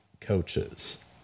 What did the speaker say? coaches